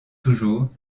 toujours